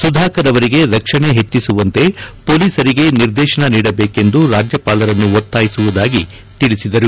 ಸುಧಾಕರ್ ಅವರಿಗೆ ರಕ್ಷಣೆ ಹೆಟ್ಟಿಸುವಂತೆ ಪೊಲೀಸರಿಗೆ ನಿರ್ದೇಶನ ನೀಡಬೇಕೆಂದು ರಾಜ್ಜಪಾಲರನ್ನು ಒತ್ತಾಯಿಸುವುದಾಗಿ ಹೇಳಿದರು